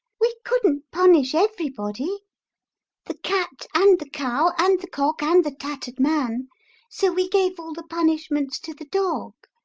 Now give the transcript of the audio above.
we couldn't punish everybody the cat and the cow and the cock and the tattered man so we gave all the punishments to the dog.